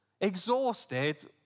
exhausted